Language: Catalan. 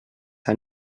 han